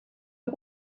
que